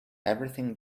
everything